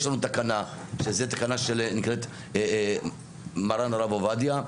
יש לנו תקנה שזה תקנה שנקראת מרן הרב עובדיה,